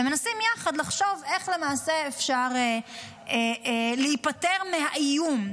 והם מנסים לחשוב יחד איך אפשר להיפטר מהאיום.